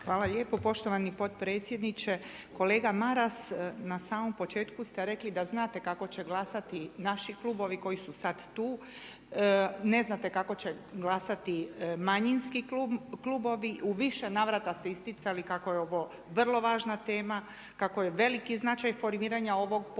Hvala lijepa poštovani potpredsjedniče. Kolega Maras, na samom početku ste rekli da znate kako će glasati naši klubovi koji su sad tu, ne znate kako će glasati manjinski klubovi, u više navrata ste isticali kako je ovo vrlo važna tema, kako je veliki značaj formiranja ovog povjerenstva,